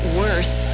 worse